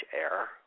air